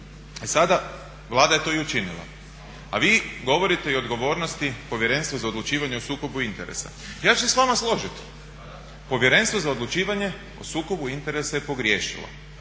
sada Vlada je to i učinila, a vi govorite i o odgovornosti Povjerenstvo za odlučivanje o sukobu interesa. Ja ću se s vama složit, Povjerenstvo za odlučivanje o sukobu interesa je pogriješilo.